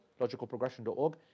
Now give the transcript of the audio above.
Logicalprogression.org